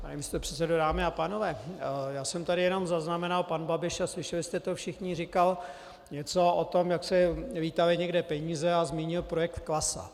Pane místopředsedo, dámy a pánové, já jsem tady jenom zaznamenal pan Babiš, a slyšeli jste to všichni, říkal něco o tom, jak létaly někde peníze, a zmínil projekt KLASA.